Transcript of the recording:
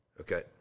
okay